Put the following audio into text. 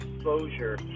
exposure